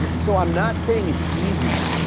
um so i'm not saying it's easy,